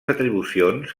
atribucions